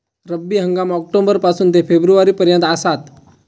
रब्बी हंगाम ऑक्टोबर पासून ते फेब्रुवारी पर्यंत आसात